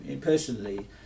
personally